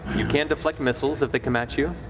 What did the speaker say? you can deflect missiles if they come at you.